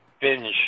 binge